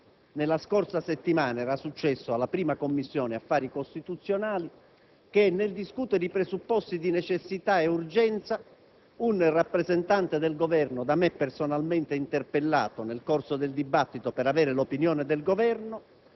nella scorsa settimana, in 1ª Commissione affari costituzionali, nel discutere i presupposti di necessità e di urgenza, un rappresentante del Governo, da me personalmente interpellato nel corso del dibattito per avere l'opinione del Governo,